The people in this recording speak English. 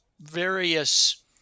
various